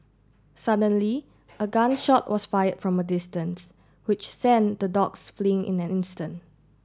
suddenly a gun shot was fired from a distance which sent the dogs fleeing in an instant